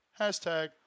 Hashtag